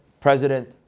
President